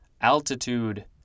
altitude